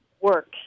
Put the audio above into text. work